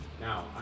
Now